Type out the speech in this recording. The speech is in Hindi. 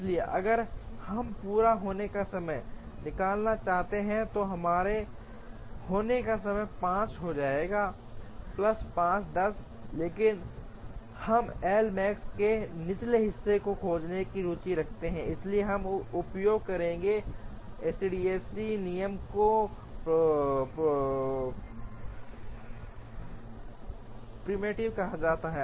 इसलिए अगर हम पूरा होने का समय निकालना चाहते हैं तो पूरा होने का समय 5 हो जाएगा प्लस 5 10 लेकिन हम एल मैक्स के निचले हिस्से को खोजने में रुचि रखते हैं इसलिए हम उपयोग करेंगे ईडीएमडी नियम को प्रीमेप्टिव कहा जाता है